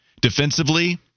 Defensively